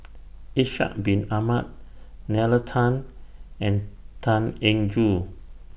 Ishak Bin Ahmad Nalla Tan and Tan Eng Joo